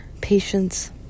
patience